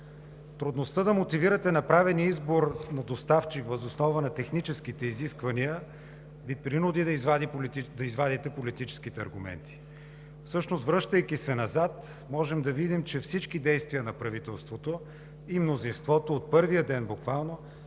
Трудността да мотивирате направения избор на доставчик въз основа на техническите изисквания, Ви принуди да извадите политическите аргументи. Всъщност, връщайки се назад, можем да видим, че всички действия на правителството и мнозинството буквално